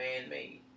man-made